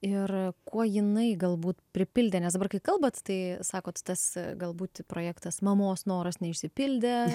ir kuo jinai galbūt pripildė nes dabar kai kalbat tai sakot tas galbūt projektas mamos noras neišsipildė